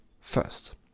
first